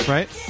Right